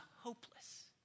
hopeless